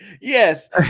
Yes